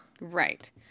Right